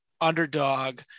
underdog